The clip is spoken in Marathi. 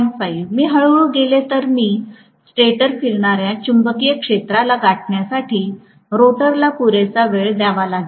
5 मी हळू हळू गेले तर मी स्टेटर फिरणार्या चुंबकीय क्षेत्राला गाठण्यासाठी रोटरला पुरेसा वेळ द्यावा लागेल